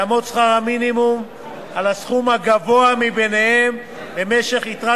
יהיה שכר המינימום הסכום הגבוה ביניהם ביתרת